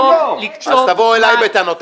אז תבואו אליי בטענות,